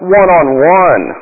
one-on-one